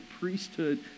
priesthood